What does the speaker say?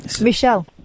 Michelle